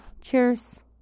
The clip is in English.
Cheers